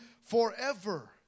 forever